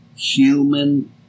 human